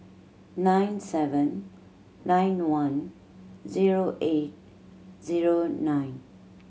nine seven nine one zero eight zero nine